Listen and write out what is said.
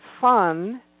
fun